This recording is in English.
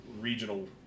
regional